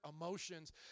emotions